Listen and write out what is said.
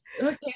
Okay